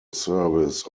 service